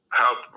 help